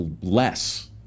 less